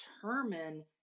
determine